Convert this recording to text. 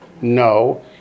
No